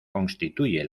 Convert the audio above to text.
constituye